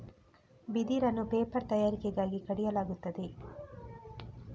ಬಿದಿರನ್ನು ಪೇಪರ್ ತಯಾರಿಕೆಗಾಗಿ ಕಡಿಯಲಾಗುತ್ತದೆ